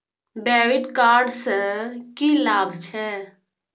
डेविट कार्ड से की लाभ छै?